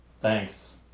thanks